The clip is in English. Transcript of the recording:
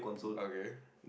okay